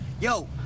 yo